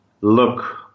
look